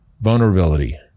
vulnerability